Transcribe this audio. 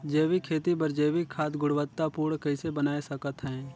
जैविक खेती बर जैविक खाद गुणवत्ता पूर्ण कइसे बनाय सकत हैं?